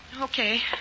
Okay